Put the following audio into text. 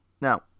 Now